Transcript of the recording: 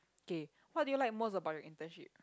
okay what do you like most about your internship